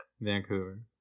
Vancouver